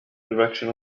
direction